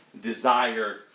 Desire